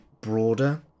broader